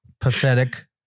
Pathetic